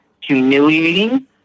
humiliating